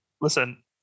Listen